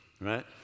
right